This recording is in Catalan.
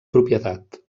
propietat